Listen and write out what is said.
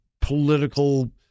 political